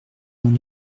vingt